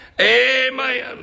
Amen